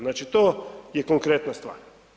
Znači to je konkretna stvar.